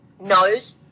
knows